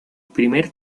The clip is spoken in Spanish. primer